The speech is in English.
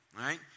right